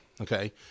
Okay